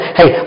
hey